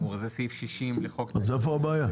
זה סעיף 60 לחוק המים והביוב --- אז איפה הבעיה?